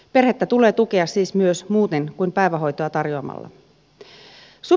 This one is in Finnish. perhettä tulee tukea siis muutenkin kuin päivähoitoa tarjoamalla